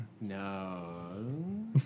No